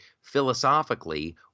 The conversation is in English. philosophically